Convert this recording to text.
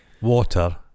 Water